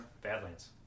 Badlands